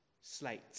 slate